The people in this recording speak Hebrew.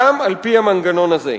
גם על-פי המנגנון הזה.